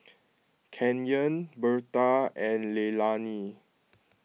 Kenyon Berta and Leilani